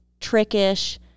trickish